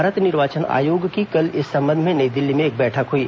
भारत निर्वाचन आयोग की कल इस संबंध में नई दिल्ली में एक बैठक हुई